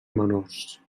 menors